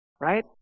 Right